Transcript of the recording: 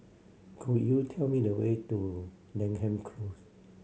could you tell me the way to Denham Close